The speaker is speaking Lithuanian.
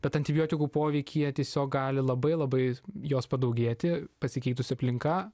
bet antibiotikų poveikyje tiesiog gali labai labai jos padaugėti pasikeitusi aplinka